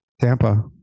Tampa